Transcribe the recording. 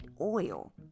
oil